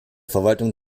verwaltung